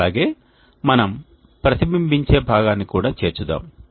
అలాగే మనం ప్రతిబింబించే భాగాన్ని కూడా చేర్చుదాం